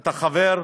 אתה חבר,